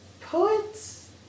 Poets